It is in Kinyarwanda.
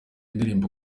indirimbo